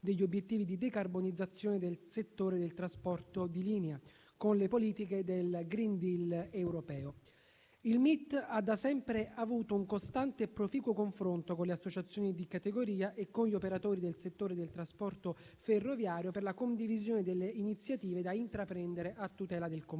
degli obiettivi di decarbonizzazione del settore del trasporto in linea con le politiche del *green deal* europeo. Il Ministero delle infrastrutture e dei trasporti (MIT) ha da sempre avuto un costante e proficuo confronto con le associazioni di categoria e con gli operatori del settore del trasporto ferroviario per la condivisione delle iniziative da intraprendere a tutela del comparto.